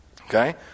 okay